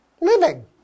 living